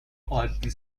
عادی